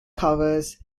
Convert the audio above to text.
covers